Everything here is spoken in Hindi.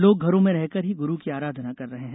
लोग घरों में रहकर ही गुरू की आराधना कर रहे हैं